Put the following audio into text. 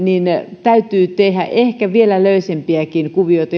niin täytyy tehdä ehkä vielä löysempiäkin kuvioita